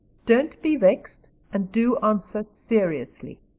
don't be vexed and do answer seriously.